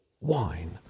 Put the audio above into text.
wine